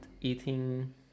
eating